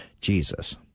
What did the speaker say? Jesus